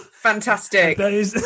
fantastic